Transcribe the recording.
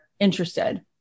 Interested